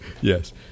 Yes